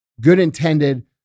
good-intended